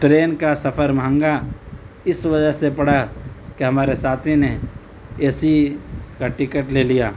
train کا سفر مہنگا اس وجہ سے پڑا کہ ہمارے ساتھی نے اے سی کا ٹکٹ لے لیا